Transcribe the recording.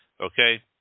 Okay